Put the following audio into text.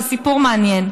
זה סיפור מעניין.